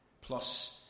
Plus